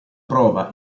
prova